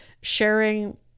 sharing